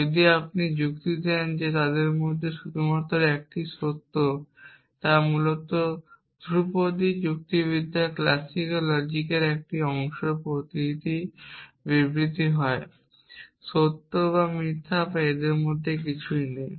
যদি আপনি যুক্তি দেন যে তাদের মধ্যে শুধুমাত্র একটি সত্য তা মূলত ধ্রুপদী যুক্তিবিদ্যার ক্লাসিক্যাল লজিকের একটি অংশ প্রতিটি বিবৃতি হয় সত্য বা মিথ্যা এবং এর মধ্যে কিছুই নেই